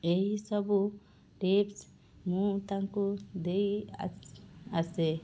ଏହିସବୁ ଟିପ୍ସ ମୁଁ ତାଙ୍କୁ ଦେଇ ଆସେ